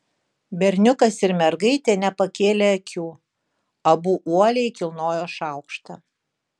berniukas ir mergaitė nepakėlė akių abu uoliai kilnojo šaukštą